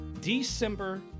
December